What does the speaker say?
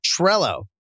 Trello